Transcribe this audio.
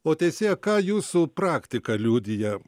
o teisėja ką jūsų praktika liudija